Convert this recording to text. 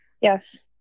Yes